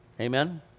Amen